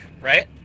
right